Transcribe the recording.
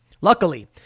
Luckily